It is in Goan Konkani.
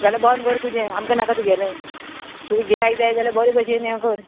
जाल्यार बंद कर तुजें आमकां नाका तुगेलें तुका गिरायक जाय जाल्यार बरें भशेन हें कर